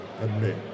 admit